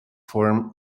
form